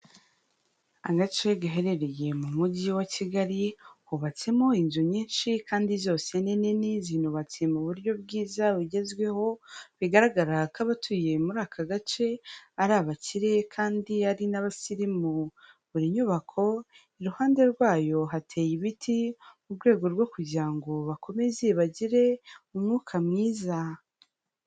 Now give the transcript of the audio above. Agace gaherereye mu mujyi wa Kigali hubatsemo inzu nyinshi kandi zose ni nini zinubatse mu buryo bwiza bugezweho, bigaragara ko abatuye muri aka gace ari abakire kandi ari n'abasirimu, buri nyubako iruhande rwayo hateye ibiti mu rwego rwo kugira ngo bakomeze bagire umwuka mwiza.